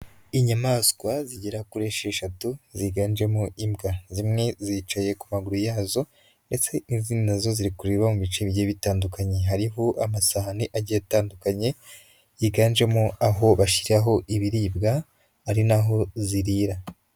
Inyamaswa zigera kuri esheshatu ziganjemo imbwa, zimwe zicaye ku maguru yazo ndetse n'uzindi na zo ziri kureba mu bice bigiye bitandukanye, hariho amasahane agiye atandukanye yiganjemo aho bashyiraho ibiribwa ari na ho zirira.